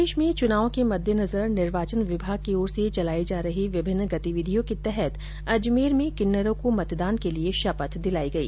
प्रदेश में चुनाव के मद्देनजर निर्वाचन विभाग की ओर से चलाई जा रही विभिन्न गतिविधियों के तहत अजमेर में किन्नरों को मतदान के लिये शपथ दिलाई गई